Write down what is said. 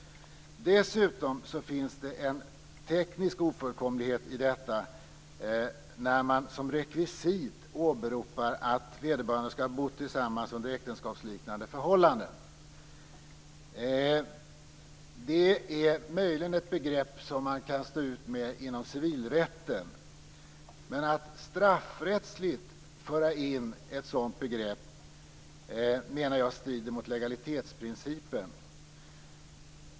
Dessutom finns det en teknisk ofullkomlighet när man som rekvisit åberopar att vederbörande skall ha bott tillsammans under äktenskapsliknande förhållanden. Det är möjligen ett begrepp som man kan stå ut med inom civilrätten, men att straffrättsligt föra in ett sådant begrepp menar jag strider mot legalitetsprincipen.